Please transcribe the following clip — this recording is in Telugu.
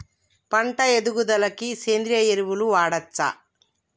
పంట ఎదుగుదలకి సేంద్రీయ ఎరువులు వాడచ్చా?